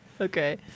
Okay